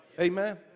Amen